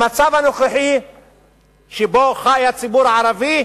המצב הנוכחי שבו חי הציבור הערבי,